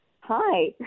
Hi